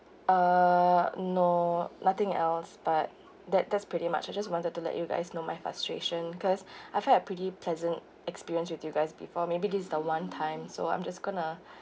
uh no nothing else but that that's pretty much I just wanted to let you guys know my frustration cause I've had pretty pleasant experience with you guys before maybe this is the one time so I'm just going to